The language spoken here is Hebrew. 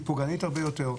היא פוגענית הרבה יותר.